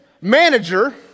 manager